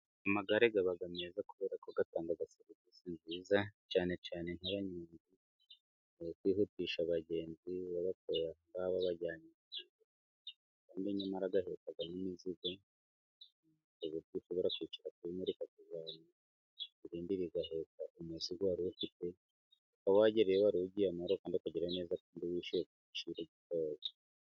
Amagare aba meza kubera ko atanga serivisi nziza, cyane cyane nk'abanyonzi bakwihutisha abagenzi babatwara babajyanye ahantu runaka. Kandi nyamara aheka n'imizigo, ukaba wakwicara kuri rimwe rikagitwara, irindi rigaheka umuzigo wari ufite, ukaba wagera iyo ugiye neza kandi ku giciro gitoya.